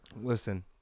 Listen